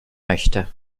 möchte